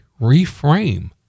reframe